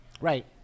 Right